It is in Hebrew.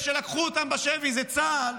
מאלה שלקחו אותם בשבי זה צה"ל,